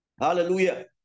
Hallelujah